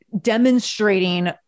demonstrating